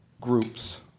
groups